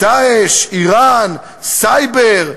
"דאעש", איראן, סייבר,